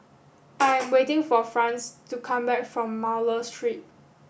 I am waiting for Franz to come back from Miller Street